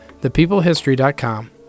ThePeopleHistory.com